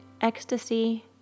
ecstasy